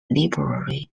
library